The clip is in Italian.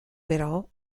però